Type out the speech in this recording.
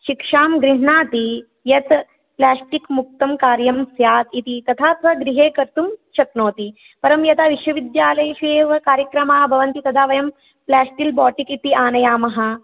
शिक्षां गृह्णाति यत् प्लेस्टिक् मुक्तं कार्यं स्यात् इति तथा स्वगृहे कर्तुं शक्नोति परं यदा विश्वविद्यालयेषु एव कार्यक्रमाः भवन्ति तदा वयं प्लेस्टिक् बोटल् इति आनयामः